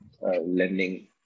lending